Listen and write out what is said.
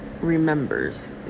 remembers